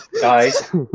guys